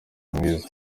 mwiza